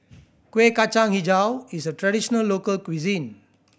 Kuih Kacang Hijau is a traditional local cuisine